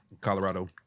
Colorado